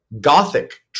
Gothic